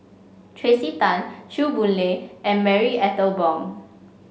Tracey Tan Chew Boon Lay and Marie Ethel Bong